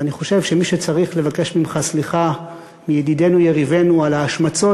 ואני חושב שמי שצריך לבקש ממך סליחה מידידנו-יריבינו על ההשמצות,